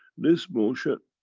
this motion